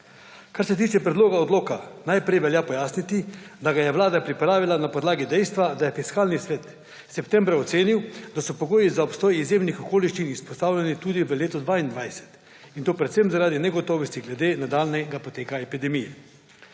Kar se tiče predloga odloka, najprej velja pojasniti, da ga je Vlada pripravila na podlagi dejstva, da je Fiskalni svet septembra ocenil, da so pogoji za obstoj izjemnih okoliščin izpostavljeni tudi v letu 2022, in to predvsem zaradi negotovosti glede nadaljnjega poteka epidemije.